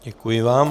Děkuji vám.